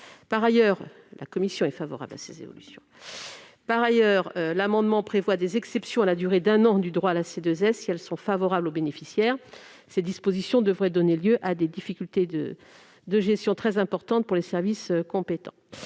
Par ailleurs, l'amendement prévoit des exceptions à la durée d'un an du droit à la C2S. Si elles sont favorables aux bénéficiaires, ces dispositions devraient donner lieu à des difficultés de gestion très importantes pour les services compétents.